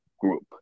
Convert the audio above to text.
group